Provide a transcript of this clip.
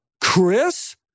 Chris